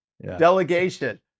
delegation